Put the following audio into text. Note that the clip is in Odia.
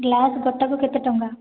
ଗ୍ଲାସ୍ ଗୋଟାକୁ କେତେ ଟଙ୍କା